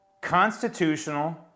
constitutional